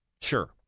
sure